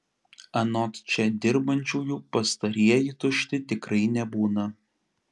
anot čia dirbančiųjų pastarieji tušti tikrai nebūna